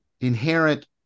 inherent